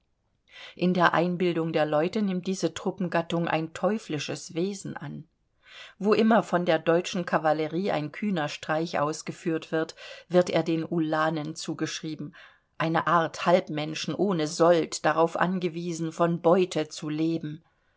in der einbildung der leute nimmt diese truppengattung ein teuflisches wesen an wo immer von der deutschen kavallerie ein kühner streich ausgeführt wird wird er den ulanen zugeschrieben eine art halbmenschen ohne sold darauf angewiesen von beute zu leben